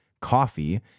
coffee